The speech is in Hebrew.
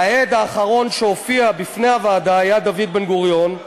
והעד האחרון שהופיע בפני הוועדה היה דוד בן-גוריון,